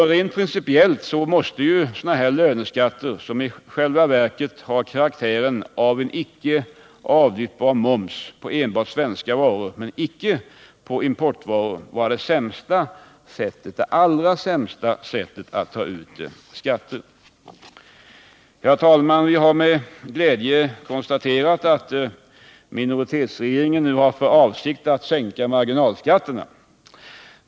Rent principiellt måste löneskatter, som i själva verket har karaktären av en icke avlyftbar moms på svenska varor men icke på importvaror, vara det allra sämsta sättet att ta ut skatter på. Herr talman! Vi har med glädje konstaterat att minoritetsregeringen nu har för avsikt att sänka marginalskatterna.